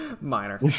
Minor